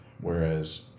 Whereas